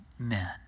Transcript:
Amen